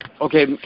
Okay